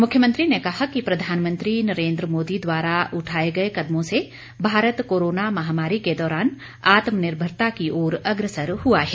मुख्यमंत्री ने कहा कि प्रधानमंत्री नरेन्द्र मोदी द्वारा उठाए गए कदमों से भारत कोरोना महामारी के दौरान आत्मनिर्भरता की ओर अग्रसर हुआ है